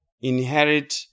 inherit